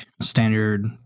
standard